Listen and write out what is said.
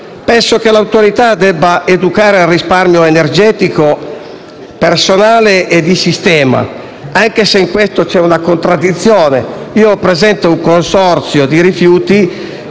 famiglie. L'Autorità deve educare al risparmio energetico personale e di sistema, anche se in questo c'è una contraddizione. Conosco un consorzio di rifiuti